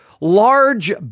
large